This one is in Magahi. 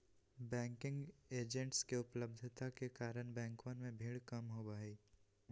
बैंकिंग एजेंट्स के उपलब्धता के कारण बैंकवन में भीड़ कम होबा हई